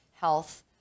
health